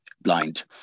blind